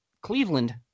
Cleveland